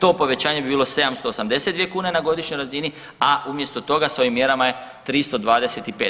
To povećanje bi bilo 782 kune na godišnjoj razini, a umjesto toga s ovim mjerama je 325.